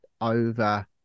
over